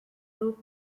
loop